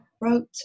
wrote